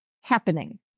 happening